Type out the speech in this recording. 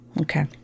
Okay